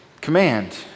command